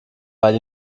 weil